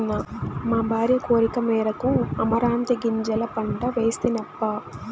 మా భార్య కోరికమేరకు అమరాంతీ గింజల పంట వేస్తినప్పా